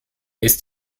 ist